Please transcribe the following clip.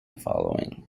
following